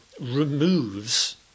removes